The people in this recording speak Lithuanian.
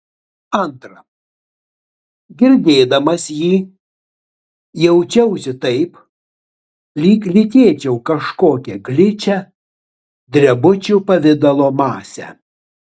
antra girdėdamas jį jaučiausi taip lyg lytėčiau kažkokią gličią drebučių pavidalo masę